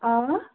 اواہ